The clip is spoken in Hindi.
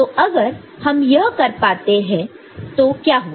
तो अगर हम यह कर पाते हैं तो क्या होगा